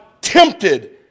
tempted